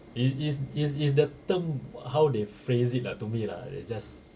it is is is the term how they phrase it lah to me lah it's just